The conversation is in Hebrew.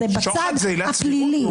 שוחד זה עילת סבירות?